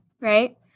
right